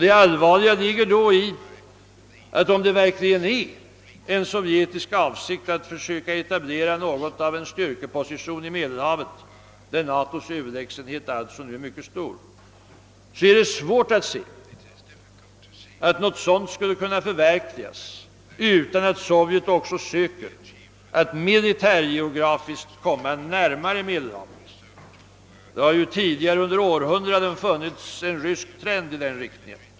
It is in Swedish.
Det allvarliga ligger då i att om det verkligen är en sovjetisk avsikt att försöka etablera något av en styrkeposition i Medelhavet, där NATO:s överlägsenhet nu är mycket stor, är det svårt att se att något sådant skulle kunna förverkligas utan att Sovjet också söker att militärgeografiskt komma närmare Medelhavet. Det har ju tidigare under århundraden funnits en rysk trend i den riktningen.